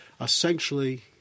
Essentially